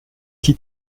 qui